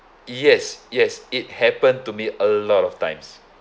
yes yes it happened to me a lot of times